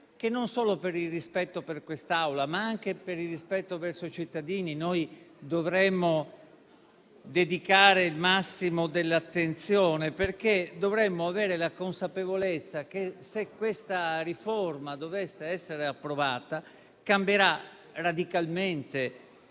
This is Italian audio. che, non solo per il rispetto per quest'Aula, ma anche per il rispetto verso i cittadini, noi vi dovremmo dedicare il massimo dell'attenzione. Dovremmo, infatti, avere la consapevolezza che, se questa riforma dovesse essere approvata, cambierà radicalmente